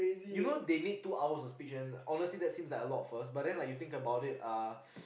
you know they need two hours of speech and honestly that seems like a lot first but then you think about it uh